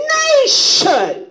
nation